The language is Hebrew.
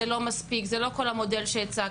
זה לא מספיק וזה לא כל המודל שהצגת,